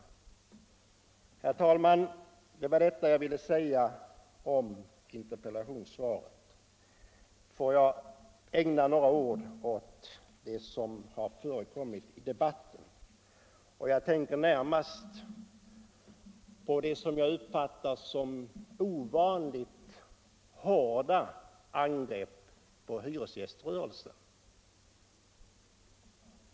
Herr talman! Det var detta jag ville säga om interpellationssvaret. Får jag sedan ägna några ord åt det som har förekommit i debatten. Jag tänker närmast på de uttalanden som jag uppfattar som ovanligt hårda angrepp på hyresgäströrelsen.